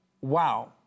Wow